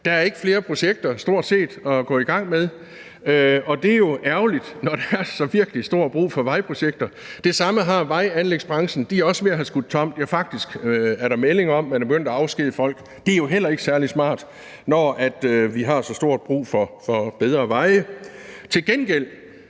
set ikke flere projekter at gå i gang med, og det er jo ærgerligt, når der er så virkelig meget brug for vejprojekter. Vejanlægsbranchen er også ved at have skudt tomt, ja, faktisk er der meldinger om, at man er begyndt at afskedige folk, og det er jo heller ikke særlig smart, når vi har så meget brug for bedre veje. Til gengæld